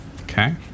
Okay